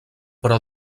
però